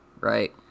right